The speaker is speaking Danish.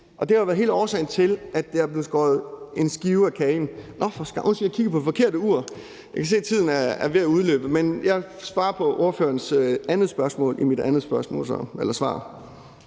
det har jo været hele årsagen til, at der er blevet skåret en skive af kagen. Undskyld, jeg kigger på det forkerte ur, og jeg kan se, at tiden er ved at udløbe. Men jeg svarer på ordførerens andet spørgsmål i mit andet svar.